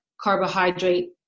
carbohydrate